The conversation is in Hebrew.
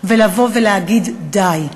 ולבוא ולהגיד: די.